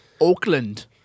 Auckland